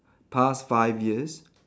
past five years